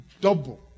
double